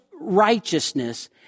righteousness